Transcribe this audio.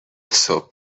صبح